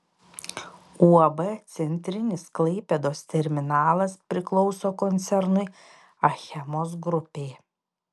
uab centrinis klaipėdos terminalas priklauso koncernui achemos grupė